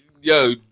Yo